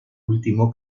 último